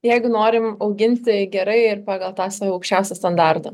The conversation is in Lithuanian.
jeigu norim auginti gerai ir pagal tą savo aukščiausią standartą